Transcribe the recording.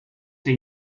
they